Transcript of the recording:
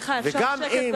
וגם אם